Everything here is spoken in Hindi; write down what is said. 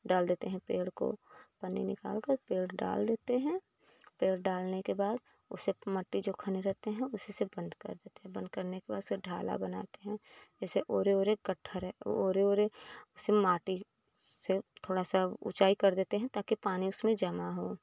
डाल देते हैं पेड़ को पन्नी निकाल कर पेड़ डाल देते हैं पेड़ डालने के बाद उसे मट्टी जो खने रहते हैं उसी से बंद कर देते हैं बंद करने के बाद उसे ढाला बनाते हैं इसे ओरे ओरे कट्ठर है ओरे ओरे से माटी से थोड़ा सा ऊँचाई कर देते हैं ताकि पानी उसमें जमा हो